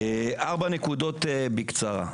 4 נקודות בקצרה.